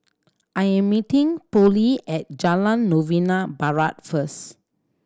I am meeting Pollie at Jalan Novena Barat first